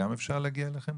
גם אפשר להגיע אליכם?